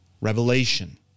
Revelation